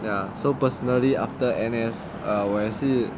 ya so personally after N_S ah 我也是